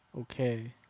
okay